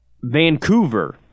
Vancouver